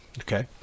okay